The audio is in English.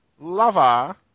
Lava